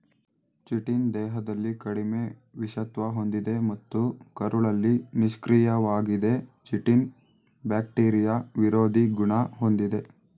chitin ದೇಹದಲ್ಲಿ ಕಡಿಮೆ ವಿಷತ್ವ ಹೊಂದಿದೆ ಮತ್ತು ಕರುಳಲ್ಲಿ ನಿಷ್ಕ್ರಿಯವಾಗಿದೆ ಚಿಟಿನ್ ಬ್ಯಾಕ್ಟೀರಿಯಾ ವಿರೋಧಿ ಗುಣ ಹೊಂದಿದೆ